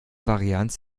varianz